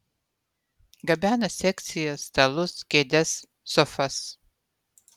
gabena sekcijas stalus kėdes sofas